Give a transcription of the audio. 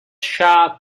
shah